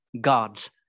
gods